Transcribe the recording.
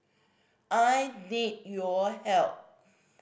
I need your help